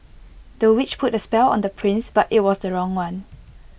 the witch put A spell on the prince but IT was the wrong one